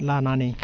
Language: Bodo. लानानै